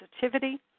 sensitivity